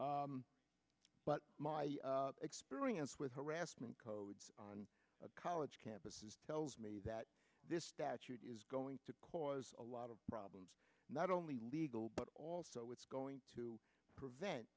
but my experience with harassment codes on college campuses tells me that this statute is going to cause a lot of problems not only legal but also it's going to prevent